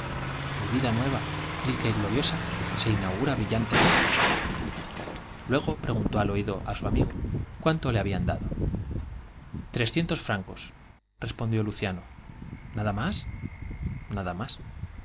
mi vida nueva la primera vez que doy un brillantemente gloriosa se inaugura rica y o luego preguntó al oído á su amigo cuánto le habían dado trescientos francos luciano repuso nada más nada más